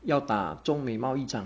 要打中美贸易战